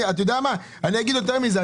אני אגיד יותר מזה,